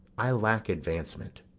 i lack advancement.